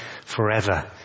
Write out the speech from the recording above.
forever